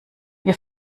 wir